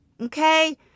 Okay